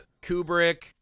Kubrick